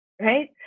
Right